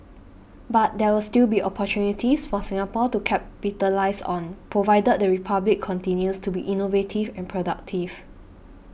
but there will still be opportunities for Singapore to capitalise on provided the Republic continues to be innovative and productive